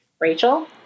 Rachel